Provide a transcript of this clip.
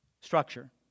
structure